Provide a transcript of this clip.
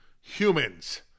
humans